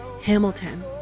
hamilton